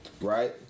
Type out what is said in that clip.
right